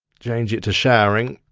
change it to showering,